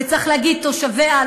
וצריך להגיד: תושביה,